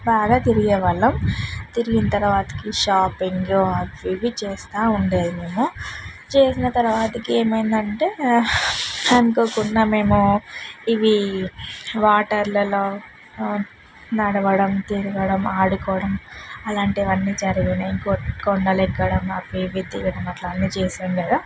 బాగా తిరిగే వాళ్ళం తిరిగిన తర్వాతకి షాపింగు అవి ఇవి చేస్తూ ఉండేది మేము చేసిన తర్వాతకి ఏమైందంటే అనుకోకుండా మేము ఇవి వాటర్లలో నడవడం తిరగడం ఆడుకోవడం అలాంటివన్నీ జరిగినయి కొం కొండలెక్కడం అవి ఇవి తిరగడం అట్లా అన్నీ చేసాం కదా